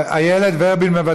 איילת ורבין,